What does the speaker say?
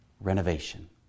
renovation